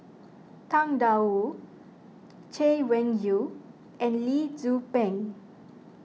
Tang Da Wu Chay Weng Yew and Lee Tzu Pheng